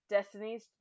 Destiny's